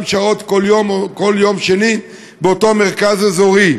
שעות כל יום או כל יום שני באותו מרכז אזורי.